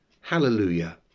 Hallelujah